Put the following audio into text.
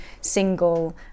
single